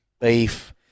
beef